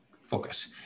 focus